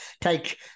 take